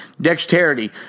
dexterity